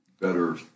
better